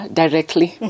directly